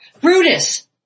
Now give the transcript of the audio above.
Brutus